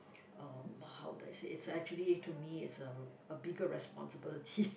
um how do I say is actually to me is a a bigger responsibility